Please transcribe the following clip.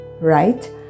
right